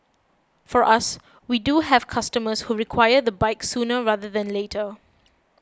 for us we do have customers who require the bike sooner rather than later